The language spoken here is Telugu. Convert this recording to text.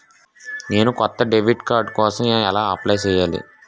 నేను కొత్త డెబిట్ కార్డ్ కోసం ఎలా అప్లయ్ చేయాలి?